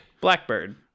Blackbird